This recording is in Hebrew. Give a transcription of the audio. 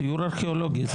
בסיור ארכיאולוגי.